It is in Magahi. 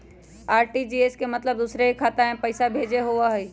आर.टी.जी.एस के मतलब दूसरे के खाता में पईसा भेजे होअ हई?